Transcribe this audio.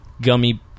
gummy